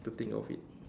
to think of it